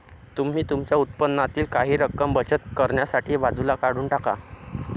तुम्ही तुमच्या उत्पन्नातील काही रक्कम बचत करण्यासाठी बाजूला काढून टाका